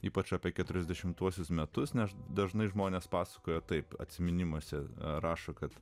ypač apie keturiasdešimtuosius metus nes dažnai žmonės pasakojo taip atsiminimuose rašo kad